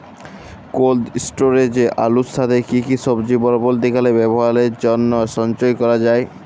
Cold স্টোরেজে আলুর সাথে কি কি সবজি পরবর্তীকালে ব্যবহারের জন্য সঞ্চয় করা যায়?